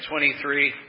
23